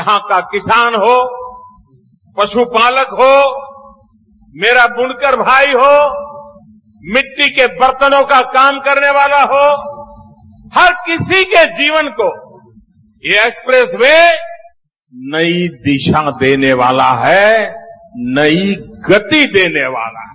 यहां का किसान हो पशु पालक हो मरा बुनकर भाई हो मिट्टी के बर्तनों का काम करने वाला हो हर किसी के जीवन को यह एक्सप्रेस वे नई दिशा देने वाला है नई गति देने वाला है